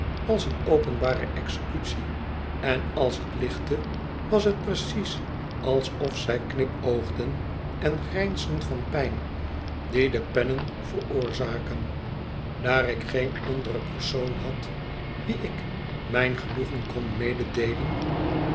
als een openbare executie en als t lichtte was t precies alsof zij knipoogden en grijnsden van pijn die de pennen veroorzaken daar ik geen anderen persoon had wien ik mijn genoegen kon meededen